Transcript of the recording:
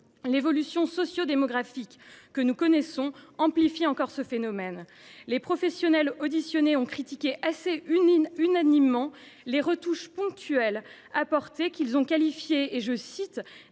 L’évolution sociodémographique que nous connaissons amplifie encore ce phénomène. Les professionnels auditionnés ont critiqué quasi unanimement les retouches ponctuelles apportées, qu’ils ont qualifiées d’«